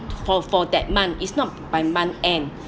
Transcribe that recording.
for for that month is not by month end